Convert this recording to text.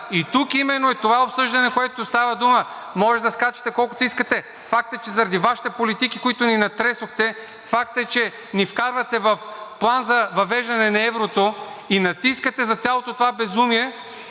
И тук именно е това обсъждане, за което става дума. Може да скачате колкото искате, факт е, че заради Вашите политики, които ни натресохте, факт е, че ни вкарвате в план за въвеждане на еврото и натискате за цялото това безумие